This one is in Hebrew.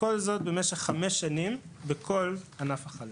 וכל זאת במשך חמש שנים בכל ענף החלב.